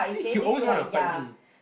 see you always want to fight me